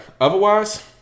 otherwise